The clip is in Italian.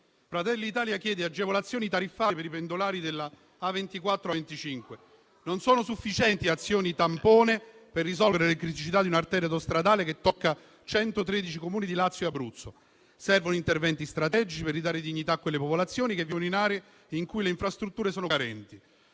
Fratelli d'Italia chiede agevolazioni tariffarie per i pendolari delle A24 e A25. Non sono sufficienti azioni tampone per risolvere le criticità di un'arteria autostradale che tocca 113 Comuni di Lazio e Abruzzo. Servono interventi strategici per ridare dignità a quelle popolazioni che vivono in aree in cui le infrastrutture sono carenti.